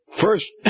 first